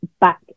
back